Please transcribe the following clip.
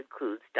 includes